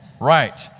Right